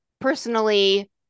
personally